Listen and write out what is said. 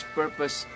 purpose